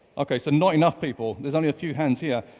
okay so not enough people. there's only a few hands here.